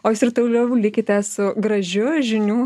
o jūs ir toliau likite su gražiu žinių